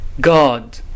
God